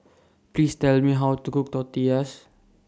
Please Tell Me How to Cook Tortillas